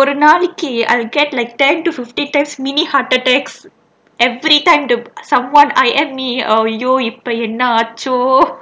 ஒரு நாளைக்கு:oru naalaikku I'd get like ten to fifty times mini heart attacks every time to someone !aiyo! இப்ப என்ன ஆச்சோ:ippa enna aacho me or you but you are not so